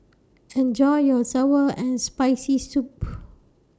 Enjoy your Sour and Spicy Soup